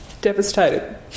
devastated